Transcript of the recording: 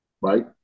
right